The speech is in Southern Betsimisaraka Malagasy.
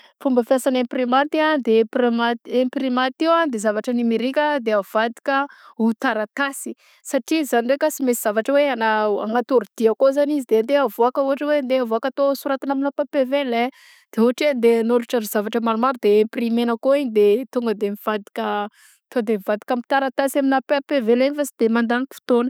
Fomba fiasan'ny imprimanty a de empimanty- imprimanty io a de zavatra agny nomerika de avadika ho taratasy satria zany ndraika sy mainsy zavatra hoe agnao- agnaty ordi akao zany izy de andeha avaoka ôhatra hoe andeha avaoaka atao soratana amin'ny papier velin de ôhatra hoe andeha anoratra zavatra maromaro de imprimena koa igny de tonga de mivadika tonga de mivadika amin'ny taratasy amy papier velin fa sy de mandany fotoagna.